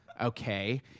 Okay